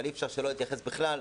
אבל אי-אפשר שלא להתייחס לזה בכלל,